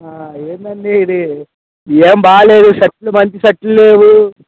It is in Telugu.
ఏందండి ఇది ఏం బాలేదు సట్లు మంచి సట్లు లేవు